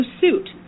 suit